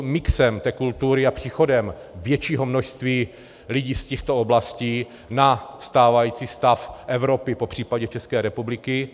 S mixem té kultury a příchodem většího množství lidí z těchto oblastí na stávající stav Evropy popřípadě České republiky.